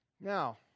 Now